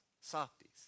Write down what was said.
Softies